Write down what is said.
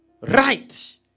right